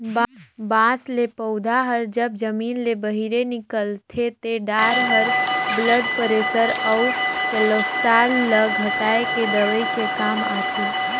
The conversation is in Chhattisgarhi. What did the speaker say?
बांस ले पउधा हर जब जमीन ले बहिरे निकलथे ते डार हर ब्लड परेसर अउ केलोस्टाल ल घटाए के दवई के काम आथे